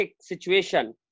situation